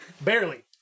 barely